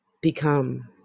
become